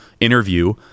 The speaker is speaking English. interview